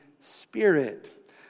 Spirit